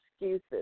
Excuses